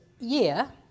year